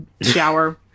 shower